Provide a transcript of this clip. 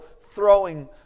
throwing